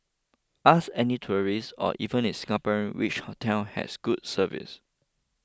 ask any tourist or even a Singaporean which hotel has good service